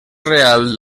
real